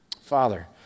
Father